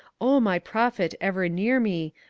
o my prophet ever near me,